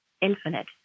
infinite